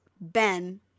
Ben